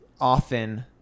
often